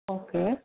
okay